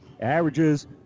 averages